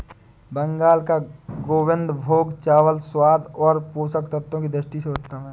बंगाल का गोविंदभोग चावल स्वाद और पोषक तत्वों की दृष्टि से उत्तम है